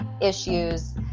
issues